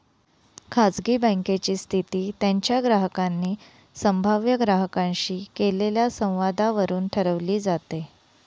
खाजगी बँकेची स्थिती त्यांच्या ग्राहकांनी संभाव्य ग्राहकांशी केलेल्या संवादावरून ठरवली जाते